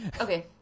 Okay